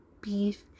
beef